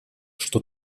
что